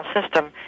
system